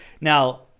Now